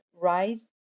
rise